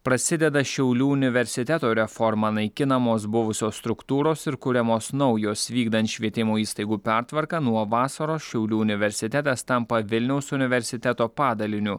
prasideda šiaulių universiteto reforma naikinamos buvusios struktūros ir kuriamos naujos vykdant švietimo įstaigų pertvarką nuo vasaros šiaulių universitetas tampa vilniaus universiteto padaliniu